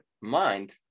mind